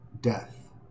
death